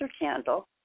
candle